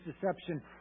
deception